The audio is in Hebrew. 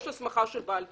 יש הסמכה של בעל תפקיד.